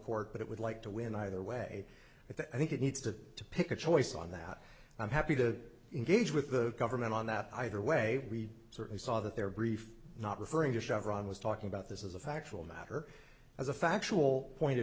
court but it would like to win either way i think it needs to to pick a choice on that i'm happy to engage with the government on that either way we certainly saw that their brief not referring to chevron was talking about this as a factual matter as a factual point of